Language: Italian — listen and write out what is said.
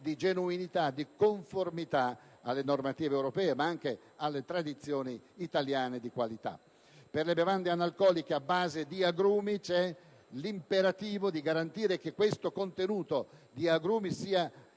di genuinità e di conformità alle normative europee, ma anche alle tradizioni italiane di qualità. Per le bevande analcoliche a base di agrumi, c'è l'imperativo di garantire che il contenuto di agrumi non sia